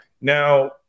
now